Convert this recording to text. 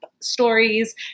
stories